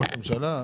ראש הממשלה.